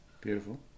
Beautiful